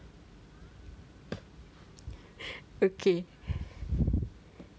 okay